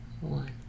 one